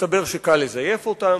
מסתבר שקל לזייף אותן.